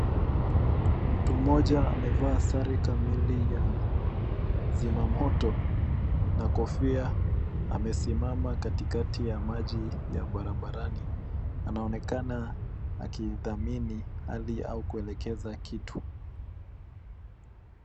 Mtu mmoja amevaa sare kamili ya zima moto na kofia. Amesimama katikati ya maji ya barabarani, anaonekana akithamini hali au kuelekeza kitu.